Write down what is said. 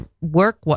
work